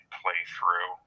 playthrough